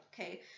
Okay